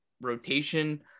rotation